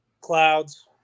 clouds